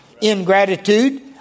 Ingratitude